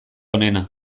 onena